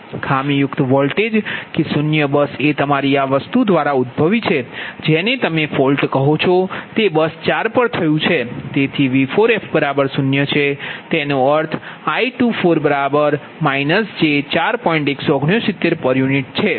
ખામીયુક્ત વોલ્ટેજ કે શૂન્ય બસ એ તમારી આ વસ્તુ દ્વારા ઉદ્ભવી છે જેને તમે ફોલ્ટ કહો છો તે બસ 4 પર થયું છે